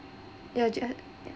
you just